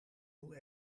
hoe